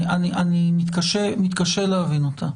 אני מתקשה להבין אותה.